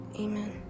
Amen